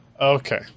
Okay